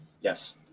Yes